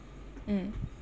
mm